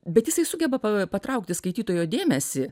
bet jisai sugeba pa patraukti skaitytojo dėmesį